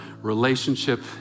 Relationship